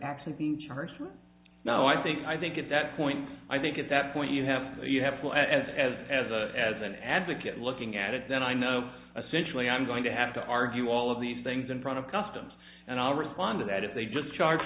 actions being charged with no i think i think at that point i think at that point you have you have to feel as as a as an advocate looking at it that i know a centrally i'm going to have to argue all of these things in front of customs and i'll respond to that if they just charge